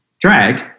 Drag